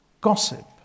Gossip